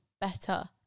better